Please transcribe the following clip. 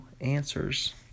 Answers